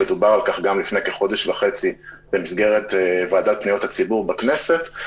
ודובר על כך גם לפני כחודש וחצי במסגרת הוועדה לפניות הציבור בכנסת,